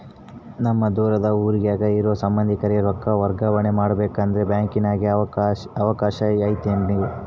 ನಮ್ಮ ದೂರದ ಊರಾಗ ಇರೋ ಸಂಬಂಧಿಕರಿಗೆ ರೊಕ್ಕ ವರ್ಗಾವಣೆ ಮಾಡಬೇಕೆಂದರೆ ಬ್ಯಾಂಕಿನಾಗೆ ಅವಕಾಶ ಐತೇನ್ರಿ?